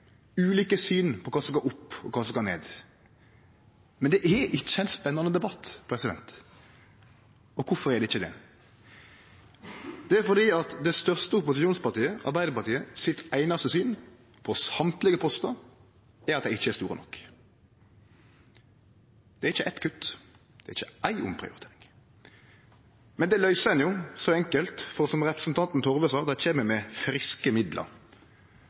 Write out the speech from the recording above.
ulike syn på kva som skal opp, og kva som skal ned. Men det er ikkje ein spennande debatt. Kvifor er det ikkje det? Det er fordi det største opposisjonspartiet, Arbeidarpartiet, sitt einaste syn på alle postar er at dei ikkje er store nok. Det er ikkje eitt kutt, det er ikkje éi omprioritering. Men det løyser ein så enkelt, for som representanten Torve sa, kjem dei med friske